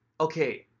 Okay